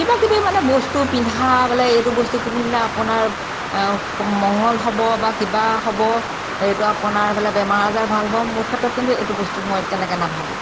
কিবা কিবি মানে বস্তু পিন্ধা বোলে এইটো বস্তু পিন্ধিলে আপোনাৰ মঙ্গল হ'ব বা কিবা হ'ব এইটো আপোনাৰ বা বেমাৰ আজাৰ ভাল হ'ব মোৰ ক্ষেত্ৰত কিন্তু এইটো বস্তু মই তেনেকৈ নাভাবোঁ